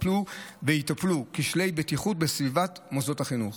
וטופלו כשלי בטיחות בסביבת מוסדות החינוך.